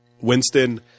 Winston